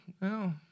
No